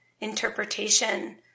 interpretation